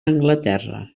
anglaterra